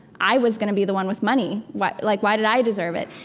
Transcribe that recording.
i was going to be the one with money. why like why did i deserve it?